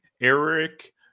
Eric